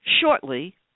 Shortly